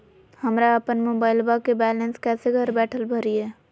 हमरा अपन मोबाइलबा के बैलेंस कैसे घर बैठल भरिए?